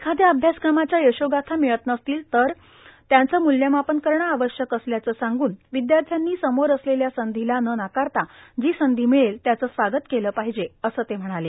एखाद्या अभ्यासक्रमाच्या यशोगाथा मिळत नसतील तर त्यांचं मूल्यमापन करणं आवश्यक असल्याचं सांगून विद्यार्थ्यांनी समोर असलेल्या संधीला न नाकारता जी संधी मिळेल त्याचं स्वागत केलं पाहिजे असं ते म्हणाले